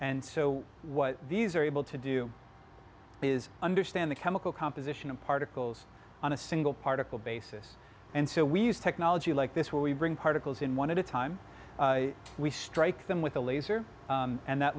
and so what these are able to do is understand the chemical composition of particles on a single particle basis and so we use technology like this where we bring particles in one at a time we strike them with a laser and that